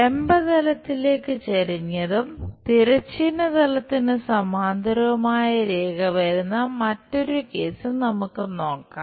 ലംബ തലത്തിലേക്ക് ചെരിഞ്ഞതും തിരശ്ചീന തലത്തിന് സമാന്തരവുമായ രേഖ വരുന്ന മറ്റൊരു കേസ് നമുക്ക് നോക്കാം